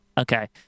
Okay